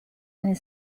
and